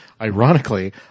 Ironically